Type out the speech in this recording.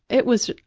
it was,